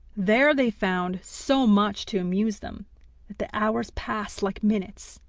there they found so much to amuse them that the hours passed like minutes.